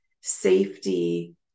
safety